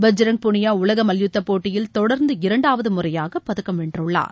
பஜ்ரங் புனியா உலக மல்யுத்தப் போட்டியில் தொடர்ந்து இரண்டாவது முறையாக பதக்கம் வென்றுள்ளார்